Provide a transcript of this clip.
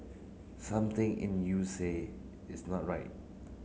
something in you say it's not right